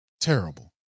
Terrible